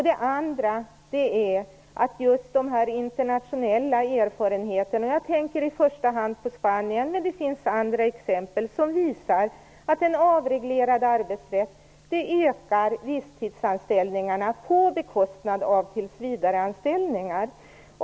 Den andra effekten är att internationella erfarenheter - jag tänker då i första hand på Spanien, men det finns också andra exempel - visar att en avreglerad arbetsrätt ökar visstidsanställningarna på bekostnad av tillsvidareanställningar.